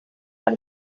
but